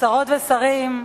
שרות ושרים,